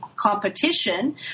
competition